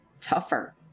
tougher